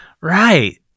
Right